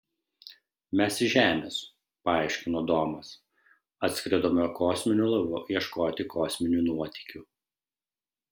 mes iš žemės paaiškino domas atskridome kosminiu laivu ieškoti kosminių nuotykių